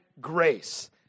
grace